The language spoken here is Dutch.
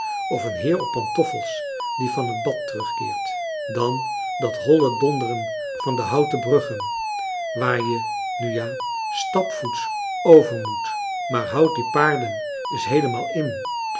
of een heer op pantoffels die van het bad terugkeert dàn dat holle donderen van de houten bruggen waar je nu ja stapvoets over moet maar houd die paarden eens heelemaal in